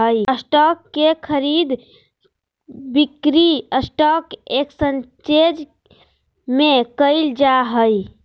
stock के खरीद बिक्री स्टॉक एकसचेंज में क़इल जा हइ